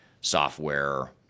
software